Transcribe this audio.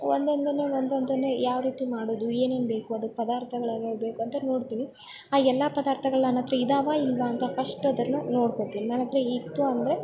ಒಂದೊಂದನ್ನೆ ಒಂದೊಂದನ್ನೆ ಯಾವರೀತಿ ಮಾಡೋದು ಏನೇನು ಬೇಕು ಅದಕ್ಕೆ ಪದಾರ್ತಗಳು ಯಾವ್ಯಾವು ಬೇಕು ಅಂತ ನೋಡ್ತಿನಿ ಆ ಎಲ್ಲ ಪದಾರ್ಥಗಳ್ ನನ್ನಹತ್ರ ಇದಾವ ಇಲ್ವಾ ಅಂತ ಫಸ್ಟ್ ಅದನ್ನು ನೋಡ್ಕೋತಿನಿ ನನ್ನಹತ್ರ ಇತ್ತು ಅಂದರೆ